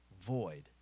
void